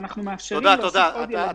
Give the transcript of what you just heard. למסגרות הפרטיות,